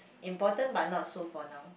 important but not so for now